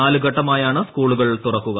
നാലുഘട്ടമായാണ് സ്കൂളുകൾ തുറക്കുക